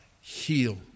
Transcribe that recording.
heal